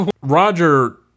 Roger